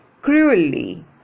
cruelly